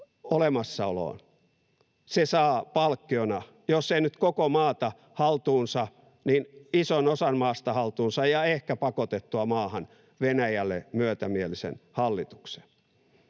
olemassaoloon se saa palkkiona jos ei nyt koko maata niin ison osan maasta haltuunsa ja ehkä pakotettua maahan Venäjälle myötämielisen hallitukseen?